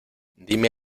dime